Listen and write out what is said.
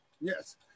Yes